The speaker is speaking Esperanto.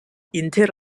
inter